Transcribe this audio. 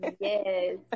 Yes